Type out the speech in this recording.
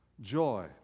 Joy